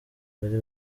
bari